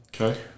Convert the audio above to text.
Okay